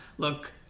Look